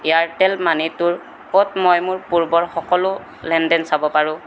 Airtel মানিটোৰ ক'ত মই মোৰ পূৰ্বৰ সকলো লেনদেন চাব পাৰোঁ